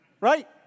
Right